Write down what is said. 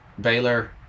Baylor